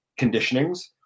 conditionings